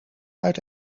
uit